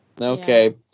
Okay